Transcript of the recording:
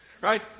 Right